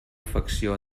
afecció